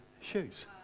shoes